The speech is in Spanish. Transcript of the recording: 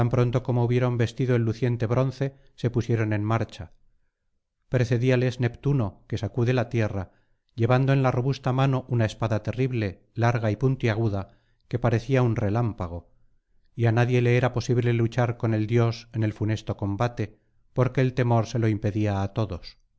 pronto como hubieron vestido el luciente bronce se pusieron en marcha precedíales neptuno que sacude la tierra llevando en la robusta mano una espada terrible larga y puntiaguda que parecía un relámpago y á nadie le era posible luchar con el dios en el funesto combate porque el temor se lo impedía á todos